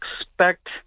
expect